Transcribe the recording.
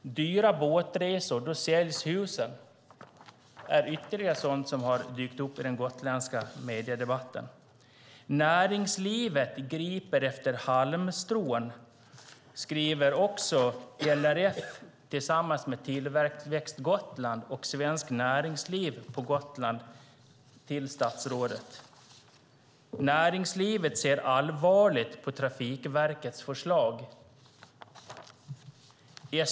Dyra båtresor - då säljs husen. Detta är ytterligare sådant som har dykt upp i den gotländska mediedebatten. Näringslivet griper efter halmstrån, skriver LRF tillsammans med Tillväxt Gotland och Svenskt Näringsliv på Gotland till statsrådet. Näringslivet ser allvarligt på Trafikverkets förslag.